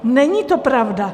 Není to pravda.